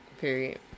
Period